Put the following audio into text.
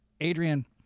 Adrian